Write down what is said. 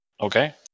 Okay